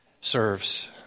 serves